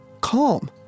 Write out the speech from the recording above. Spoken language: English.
calm